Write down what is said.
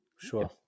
Sure